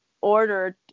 ordered